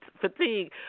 fatigue